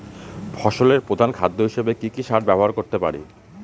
ফসলের প্রধান খাদ্য হিসেবে কি কি সার ব্যবহার করতে পারি?